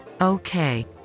Okay